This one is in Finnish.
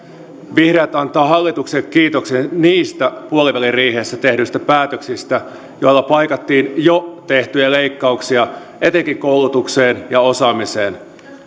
vihreät antaa hallitukselle kiitoksen niistä puoliväliriihessä tehdyistä päätöksistä joilla paikattiin jo tehtyjä leikkauksia etenkin koulutukseen ja osaamiseen